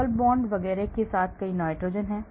double bond वगैरह के साथ कई नाइट्रोजन